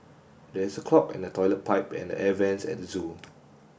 there is a clog in the toilet pipe and the air vents at the zoo